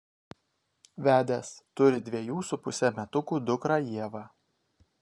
vedęs turi dviejų su puse metukų dukrą ievą